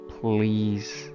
please